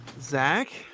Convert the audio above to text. Zach